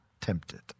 tempted